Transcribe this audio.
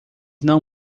não